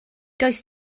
does